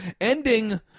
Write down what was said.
Ending